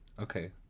Okay